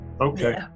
Okay